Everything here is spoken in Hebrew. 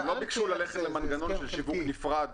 הם לא ביקשו ללכת למנגנון של שיווק נפרד